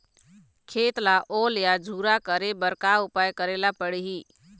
खेत ला ओल या झुरा करे बर का उपाय करेला पड़ही?